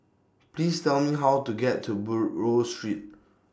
Please Tell Me How to get to Buroh Street